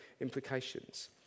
implications